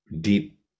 deep